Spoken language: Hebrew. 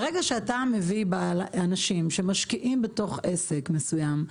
ברגע שאתה מביא אנשים שמשקיעים בתוך עסק מסוים,